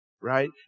right